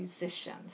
musicians